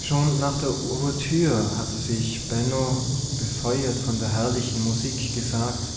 schon nach der ouvertüre hatte sich benno befeuert von der herrlichen musik gesagt